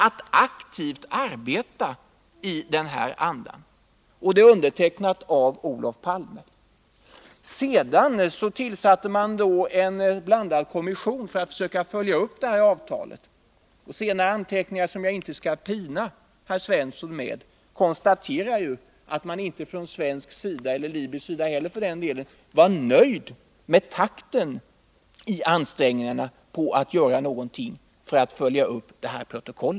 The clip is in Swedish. — att aktivt arbeta i denna anda. Och detta är undertecknat av Olof Palme. Man tillsatte därefter en blandad kommission för att försöka följa upp avtalet. Senare anteckningar, som jag inte skall pina herr Svensson med, konstaterar att man inte från svensk sida — och inte heller från libysk sida, för den delen — var nöjd med takten i ansträngningarna att göra någonting för att följa upp detta avtal.